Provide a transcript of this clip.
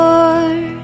Lord